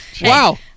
Wow